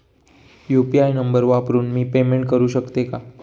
UPI number वापरून मी payment करू शकते का?